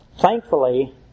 Thankfully